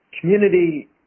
Community